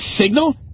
signal